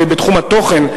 בתחום התוכן,